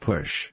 Push